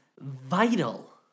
vital